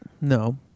No